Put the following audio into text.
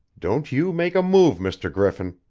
don't you make a move, mr. griffin!